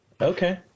okay